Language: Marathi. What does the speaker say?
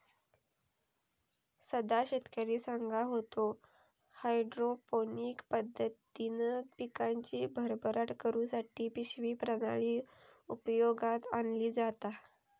सदा शेतकरी सांगा होतो, हायड्रोपोनिक पद्धतीन पिकांची भरभराट करुसाठी पिशवी प्रणाली उपयोगात आणली जाता